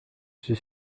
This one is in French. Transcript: suis